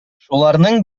шуларның